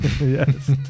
Yes